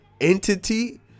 entity